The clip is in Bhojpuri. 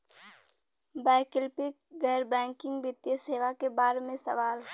वैकल्पिक गैर बैकिंग वित्तीय सेवा के बार में सवाल?